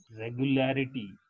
regularity